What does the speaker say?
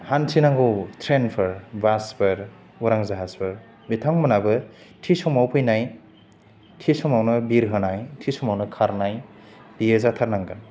हान्थिनांगौ ट्रेनफोर बासफोर उरां जाहाजफोर बिथांमोनाबो थि समाव फैनाय थि समावनो बिरहोनाय थि समावनो खारनाय बेयो जाथारनांगोन